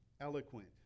eloquent